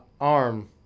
arm